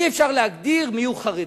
אי-אפשר להגדיר מיהו חרדי.